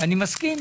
אני מסכים,